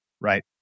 right